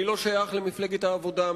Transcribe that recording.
אני לא שייך למפלגת העבודה,